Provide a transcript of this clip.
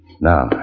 Now